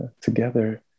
together